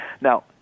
Now